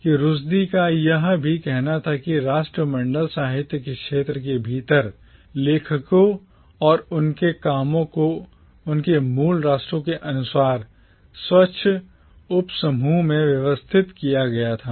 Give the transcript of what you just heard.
Rushdie Rushdie का यह भी कहना था कि राष्ट्रमंडल साहित्य के क्षेत्र के भीतर लेखकों और उनके कामों को उनके मूल राष्ट्रों के अनुसार स्वच्छ उपसमूहों में व्यवस्थित किया गया था